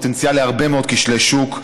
יש פוטנציאל להרבה מאוד כשלי שוק,